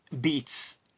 beats